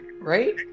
Right